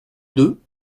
deux